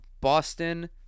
Boston